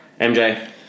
MJ